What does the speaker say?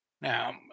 Now